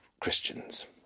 Christians